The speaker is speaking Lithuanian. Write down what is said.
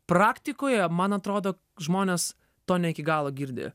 praktikoje man atrodo žmonės to ne iki galo girdi